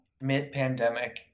mid-pandemic